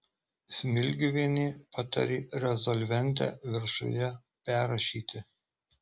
smilgiuvienė patarė rezolventę viršuje perrašyti